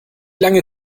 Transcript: lange